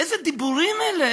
איזה דיבורים אלה?